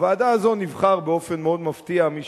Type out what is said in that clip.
לוועדה הזאת נבחר באופן מאוד מפתיע מי